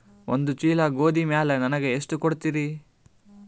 ಒಂದ ಚೀಲ ಗೋಧಿ ಮ್ಯಾಲ ನನಗ ಎಷ್ಟ ಕೊಡತೀರಿ?